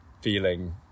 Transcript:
feeling